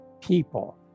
people